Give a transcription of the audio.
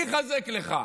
מי יחזק לך,